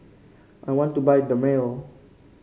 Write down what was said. I want to buy Dermale